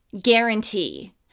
guarantee